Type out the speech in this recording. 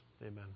Amen